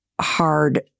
hard